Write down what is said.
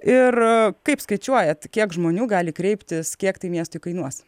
ir kaip skaičiuojat kiek žmonių gali kreiptis kiek tai miestui kainuos